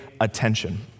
attention